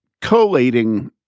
collating